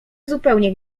zupełnie